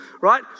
right